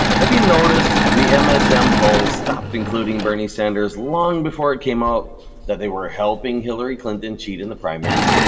have you noticed the msm polls stopped including bernie sanders long before it came out that they were helping hillary clinton cheat in the primaries,